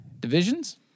Divisions